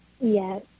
Yes